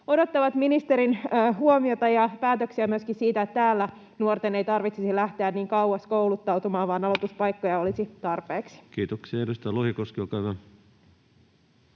odottavat ministerin huomiota ja päätöksiä myöskin siitä, että täällä nuorten ei tarvitsisi lähteä niin kauas kouluttautumaan, vaan aloituspaikkoja olisi tarpeeksi. Kiitoksia. — Edustaja Lohikoski, olkaa hyvä.